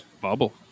Bubble